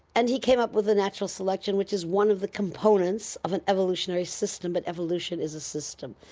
and he came up with the natural selection, which is one of the components of an evolutionary system, but evolution is a system.